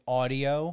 audio